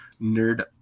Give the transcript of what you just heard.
nerd